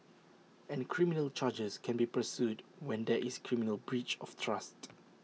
and criminal charges can be pursued when there is criminal breach of trust